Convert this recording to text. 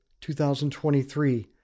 2023